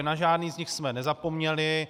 Na žádné z nich jsme nezapomněli.